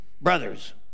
Brothers